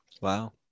Wow